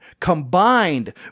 combined